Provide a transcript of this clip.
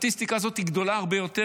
הסטטיסטיקה הזאת היא גדולה הרבה יותר,